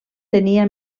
tenia